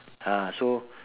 ah so